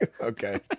okay